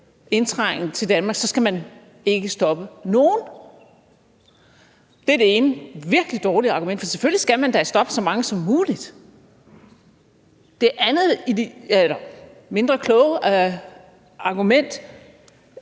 indtrængen i Danmark, skal man ikke stoppe nogen. Det er det ene, virkelig dårlige argument, for selvfølgelig skal man da stoppe så mange som muligt. Det andet mindre kloge argument